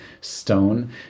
stone